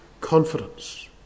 confidence